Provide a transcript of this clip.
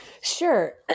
Sure